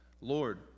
Lord